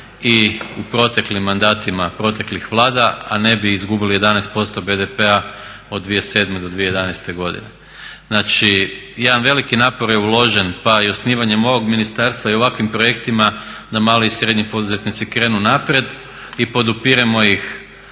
i u proteklim mandatima, proteklih Vlada a ne bi izgubili 11% BDP-a od 2007. do 2011. godine. Znači jedan veliki napor je uložen pa i osnivanjem ovog ministarstva i u ovakvim projektima da mali i srednji poduzetnici krenu naprijed. I podupiremo ih